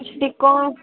ସେଠି କ'ଣ